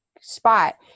spot